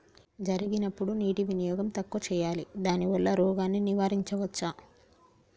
జరిగినప్పుడు నీటి వినియోగం తక్కువ చేయాలి దానివల్ల రోగాన్ని నివారించవచ్చా?